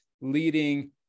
leading